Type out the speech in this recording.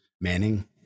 manning